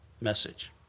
message